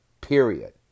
Period